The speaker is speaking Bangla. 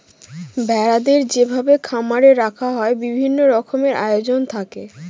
ভেড়াদের যেভাবে খামারে রাখা হয় বিভিন্ন রকমের আয়োজন থাকে